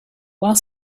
while